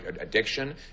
addiction